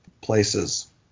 places